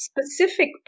specific